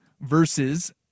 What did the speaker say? versus